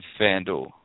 FanDuel